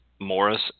Morris